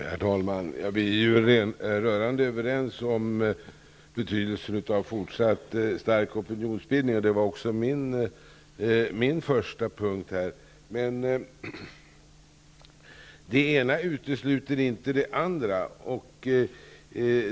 Herr talman! Vi är ju rörande överens om betydelsen av fortsatt stark opinionsbildning. Det var också min första punkt här. Men det ena utesluter inte det andra.